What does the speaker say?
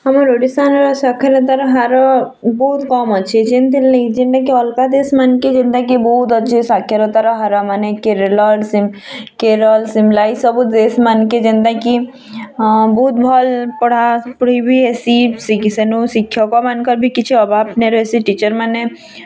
ଆମର୍ ଓଡ଼ିଶା ନୁ ସାକ୍ଷରତାର ହାର ବହୁତ୍ କମ୍ ଅଛି ଯେନ୍ତିର୍ ଲାଗି ଯେନ୍ତା କି ଅଲଗା ଦେଶ୍ ମାନ୍ କେ ଯେନ୍ତା କି ବହୁତ୍ ଅଛି ସାକ୍ଷରତାର ହାର ମାନେ କେରଲା କେରଲ୍ ଶିମଲା ଏଇ ସବୁ ଦେଶ୍ ମାନେ ଯେନ୍ତା କି ବହୁତ ଭଲ୍ ପଢ଼ା ପଢ଼ି ବି ହେସି ସିଗି ସେନୁ ଶିକ୍ଷକମାନଙ୍କର ବି କିଛି ଅଭାବ୍ ନାଇଁ ରହେସି ଟିଚରମାନେ